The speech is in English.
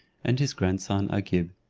and his grandson agib.